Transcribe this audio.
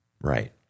Right